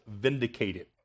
Vindicated